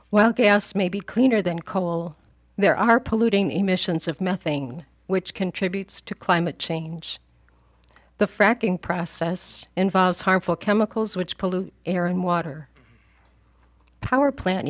well gas may be cleaner than coal there are polluting emissions of methane which contributes to climate change the fracking process involves harmful chemicals which pollute air and water power plant